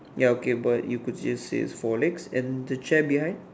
ya okay but you could still see is four legs and the other chair behind